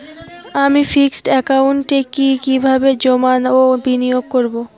আমি ফিক্সড একাউন্টে কি কিভাবে জমা ও বিনিয়োগ করব?